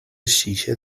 شیشه